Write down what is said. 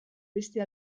beste